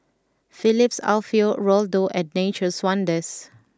Phillips Alfio Raldo and Nature's Wonders